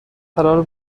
قراره